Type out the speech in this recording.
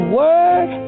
word